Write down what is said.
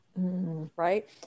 right